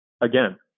again